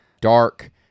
dark